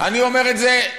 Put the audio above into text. אני אומר את זה,